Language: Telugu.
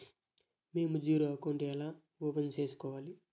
మేము జీరో అకౌంట్ ఎలా ఓపెన్ సేసుకోవాలి